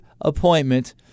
appointment